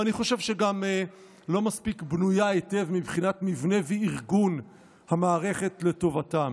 ואני חושב שגם לא מספיק בנויה היטב מבחינת מבנה וארגון המערכת לטובתם.